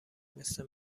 مثل